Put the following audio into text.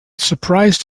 surprised